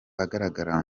agaragara